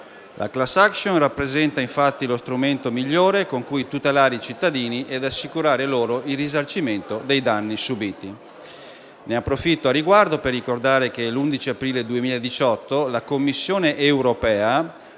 La *class action* rappresenta, infatti, lo strumento migliore con cui tutelare i cittadini e assicurare loro il risarcimento dei danni subiti. Ne approfitto, a riguardo, per ricordare che l'11 aprile 2018 la Commissione europea